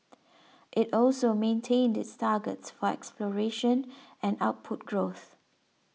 it also maintained its targets for exploration and output growth